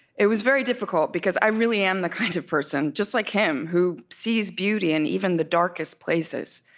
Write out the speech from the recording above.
it was very difficult, because i really am the kind of person, just like him, who sees beauty in even the darkest places.